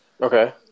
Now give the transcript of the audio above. Okay